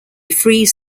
frees